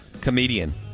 comedian